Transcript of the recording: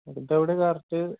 ഇതെവിടെയാണ് correct